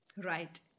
Right